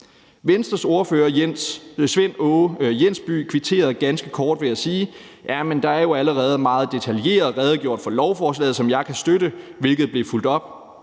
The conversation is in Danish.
Venstres ordfører, Svend Aage Jensby, kvitterede ganske kort ved at sige: Jamen der er jo allerede meget detaljeret redegjort for lovforslaget, som jeg kan støtte. Det blev så fulgt op